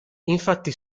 infatti